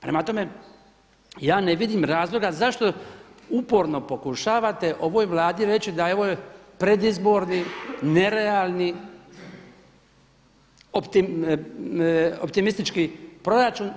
Prema tome, ja ne vidim razloga zašto uporno pokušavate ovoj Vladi reći da je ovo predizborni, nerealni optimistički proračun.